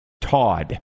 Todd